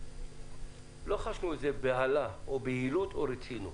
לא חשנו איזו בהלה או בהילות או רצינות